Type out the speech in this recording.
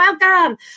welcome